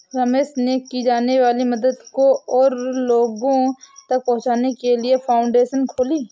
रमेश ने की जाने वाली मदद को और लोगो तक पहुचाने के लिए फाउंडेशन खोली